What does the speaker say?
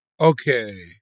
okay